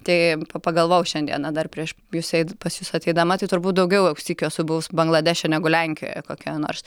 tai pagalvojau šiandieną dar prieš jus eit pas jus ateidama tai turbūt daugiau jau sykių esu buvus bangladeše negu lenkijoje kokioje nors